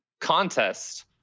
contest